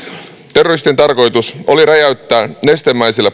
terroristien tarkoitus oli räjäyttää nestemäisillä